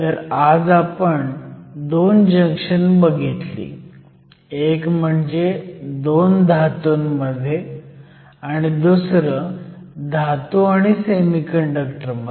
तर आज आपण 2 जंक्शन बघितली एक म्हणजे 2 धातूंमध्ये आणि दुसरं धातू आणि सेमीकंडक्टर मध्ये